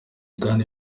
kandi